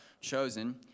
chosen